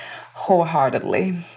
wholeheartedly